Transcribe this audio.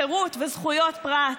חירות וזכויות פרט.